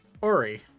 Ori